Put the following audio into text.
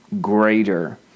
greater